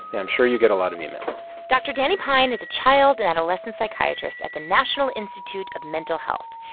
i'm sure you get a lot of email dr. danny pine is a child and adolescent psychiatrist at the national institute of mental health,